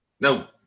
No